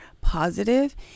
positive